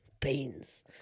beans